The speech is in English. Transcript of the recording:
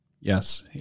Yes